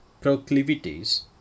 proclivities